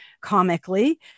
comically